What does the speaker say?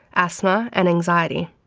asthma and anxiety.